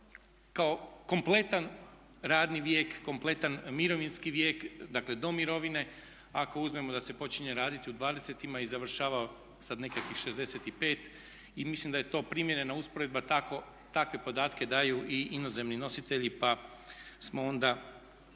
kao kompletan radni vijek, kompletan mirovinski vijek dakle do mirovine, ako uzmemo da se počinje raditi u 20-ima i završava sad nekakvih 65. I mislim da je to primjerena usporedba. Takve podatke daju i inozemni nositelji pa smo onda